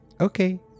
Okay